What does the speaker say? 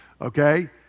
okay